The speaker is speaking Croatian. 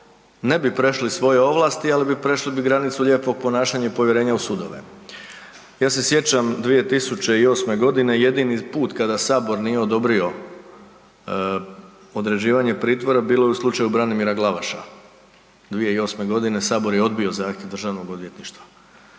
ne bi prešli svoje ovlasti, ali bi prešli granicu lijepog ponašanja i povjerenja u sudove. Ja se sjećam 2008. godine, jedini put kada Sabor nije odobrio određivanje pritvora, bilo je u slučaju Branimira Glavaša, 2008. godine Sabor je odbio zahtjev DORH-a za ratni